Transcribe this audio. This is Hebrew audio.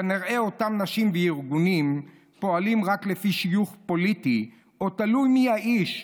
כנראה אותן נשים וארגונים פועלים רק לפי שיוך פוליטי או תלוי מי האיש,